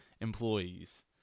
employees